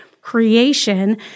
creation